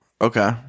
Okay